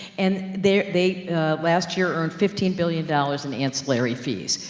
and they they last year earned fifteen million dollars in ancillary fees.